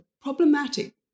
problematic